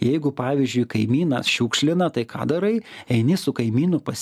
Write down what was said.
jeigu pavyzdžiui kaimynas šiukšlina tai ką darai eini su kaimynu pas